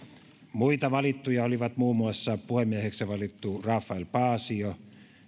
muita valittuja olivat muun muassa puhemieheksi valittu rafael paasio